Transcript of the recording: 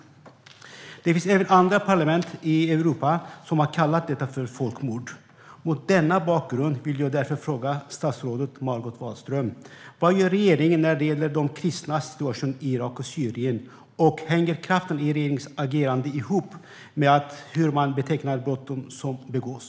Det finns även andra parlament i Europa som har kallat detta för folkmord. Mot denna bakgrund vill jag därför fråga statsrådet Margot Wallström: Vad gör regeringen när det gäller de kristnas situation i Irak och Syrien, och hänger kraften i regeringens agerande ihop med hur man betecknar de brott som begås?